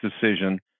decision